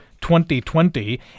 2020